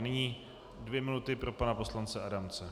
Nyní dvě minuty pro pana poslance Adamce.